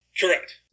Correct